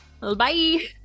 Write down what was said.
Bye